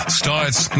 starts